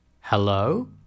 Hello